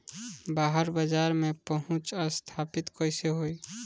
बाहर बाजार में पहुंच स्थापित कैसे होई?